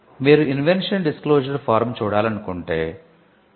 మీరు invention disclosure form చూడాలనుకుంటే www